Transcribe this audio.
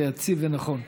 אמת ויציב ונכון.